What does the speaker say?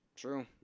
True